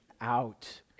out